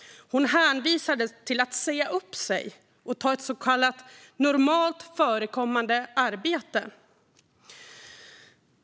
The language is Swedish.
Hon hänvisades till att säga upp sig och ta ett så kallat normalt förekommande arbete.